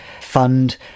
fund